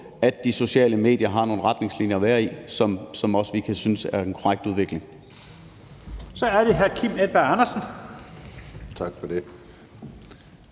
at de sociale medier har nogle retningslinjer at eksistere inden for, som vi også synes er den korrekte udvikling.